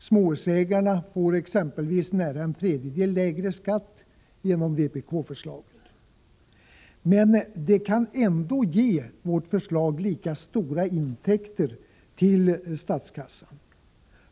Småhusägarna exempelvis får nära en tredjedel lägre skatt, om vpk-förslaget genomförs. Men intäkterna till statskassan skulle i alla fall bli lika stora.